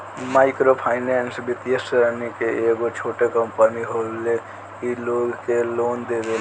micro finance वित्तीय श्रेणी के एगो छोट कम्पनी होले इ लोग के लोन देवेले